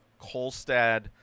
Kolstad